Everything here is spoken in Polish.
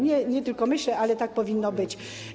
Nie tylko myślę, ale tak powinno być.